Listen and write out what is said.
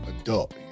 adult